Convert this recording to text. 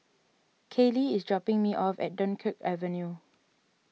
Kaylie is dropping me off at Dunkirk Avenue